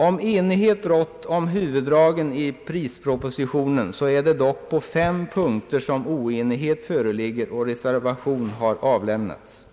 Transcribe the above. Om enighet rått kring huvuddragen i prispropositionen är det dock på fem punkter som oenighet föreligger och reservation har avlämnats.